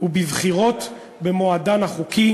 ובבחירות במועדן החוקי,